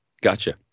gotcha